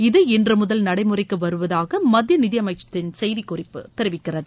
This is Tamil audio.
இது இன்று முதல் நடைமுறைக்கு வருவதாக மத்திய நிதியமைச்சகத்தின் செய்திக் குறிப்பு தெரிவிக்கிறது